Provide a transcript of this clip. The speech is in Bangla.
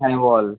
হ্যাঁ বল